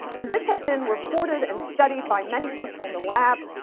and this had been recorded and studied by many people in the lab,